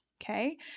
Okay